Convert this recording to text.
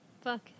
Fuck